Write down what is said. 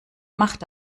macht